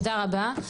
תודה רבה.